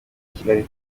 kigali